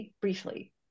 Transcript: briefly